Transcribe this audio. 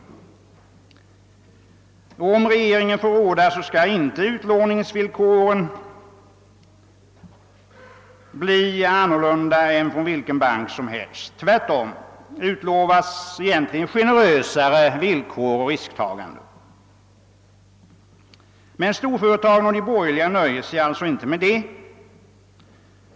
Om regeringen får råda skall utlåningsvillkoren inte heller bli andra än som gäller för vilken bank som helst — tvärtom utlovas egentligen generösare villkor och risktaganden. Men storföretagen och de borgerliga nöjer sig alltså inte med detta.